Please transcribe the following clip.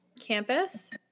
campus